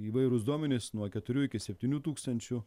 įvairūs duomenys nuo keturių iki septynių tūkstančių